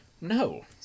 No